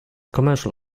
commercial